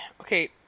Okay